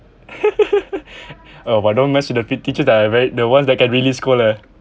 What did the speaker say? oh but don't mess with the p~ teachers that are very the ones that can really scold eh